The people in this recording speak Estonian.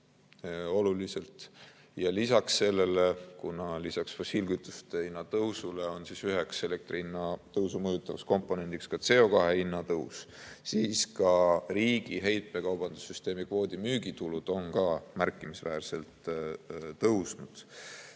ja peale selle, kuna lisaks fossiilkütuste hinna tõusule on üheks elektri hinna tõusu mõjutavaks komponendiks ka CO2hinna tõus, siis ka riigi heitmekaubandussüsteemi kvoodimüügitulud on märkimisväärselt tõusnud,